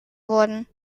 wurden